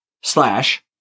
Slash